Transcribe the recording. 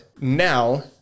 now